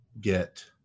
get